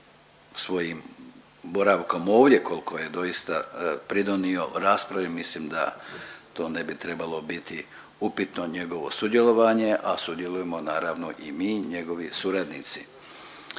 svojim boravkom ovdje koliko je doista pridonio raspravi mislim da to ne bi trebalo biti upitno njegovo sudjelovanje, a sudjelujemo naravno i mi i njegovi suradnici.